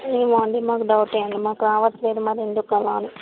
ఏమో అండి మాకు డౌటే అండి మాకు రావట్లేదు మరి ఎందుకు అలా అని